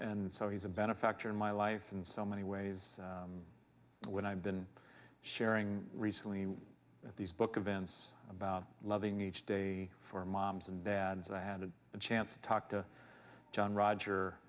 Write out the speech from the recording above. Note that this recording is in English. and so he's a benefactor in my life in so many ways what i've been sharing recently with these book events about loving each day for moms and dads and i had a chance to talk to john roger